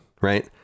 right